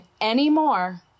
anymore